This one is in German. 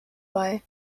bei